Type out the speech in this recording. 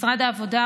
משרד העבודה,